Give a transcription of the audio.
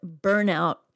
burnout